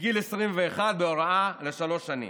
מגיל 21 בהוראה לשלוש שנים.